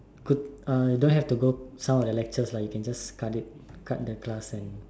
could uh don't have to go some of the lectures lah you could just cut it cut the class and